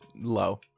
low